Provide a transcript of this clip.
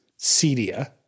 Cedia